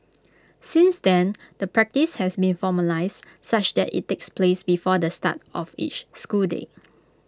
since then the practice has been formalised such that IT takes place before the start of each school day